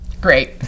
Great